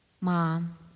Mom